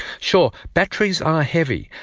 sure, batteries are heavy,